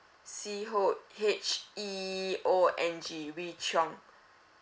C whole H E O N G wee cheong